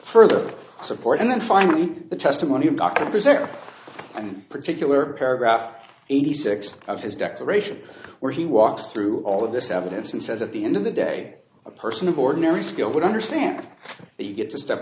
further support and then finally the testimony of doctors or and particular paragraph eighty six of his declaration where he walks through all of this evidence and says at the end of the day a person of ordinary skill would understand that you get to step